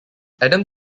adam